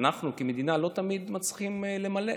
אנחנו כמדינה לא תמיד מצליחים למלא.